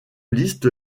liste